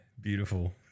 Beautiful